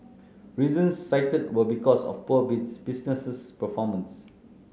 reasons cited were because of poor businesses performance